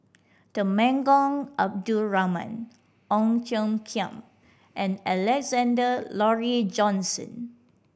Temenggong Abdul Rahman Ong Tiong Khiam and Alexander Laurie Johnston